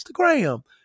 Instagram